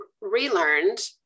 relearned